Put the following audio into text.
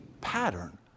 pattern